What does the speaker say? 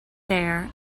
there